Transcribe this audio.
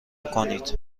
کنید